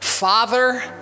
Father